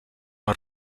una